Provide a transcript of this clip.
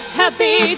happy